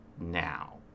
now